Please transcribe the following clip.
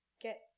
get